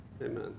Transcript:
Amen